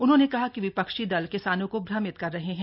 उन्होंने कहा कि विपक्षी दल किसानों को भ्रमित कर रहे हैं